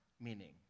meaning